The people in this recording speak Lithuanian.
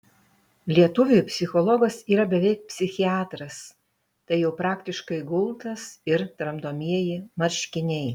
lietuviui psichologas yra beveik psichiatras tai jau praktiškai gultas ir tramdomieji marškiniai